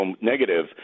negative